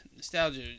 Nostalgia